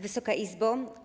Wysoka Izbo!